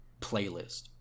playlist